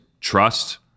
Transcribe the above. trust